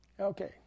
Okay